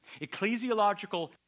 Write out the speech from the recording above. Ecclesiological